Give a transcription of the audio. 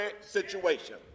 situation